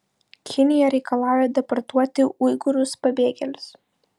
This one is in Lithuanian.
kinija reikalauja deportuoti uigūrus pabėgėlius